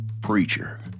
preacher